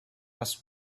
was